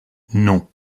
non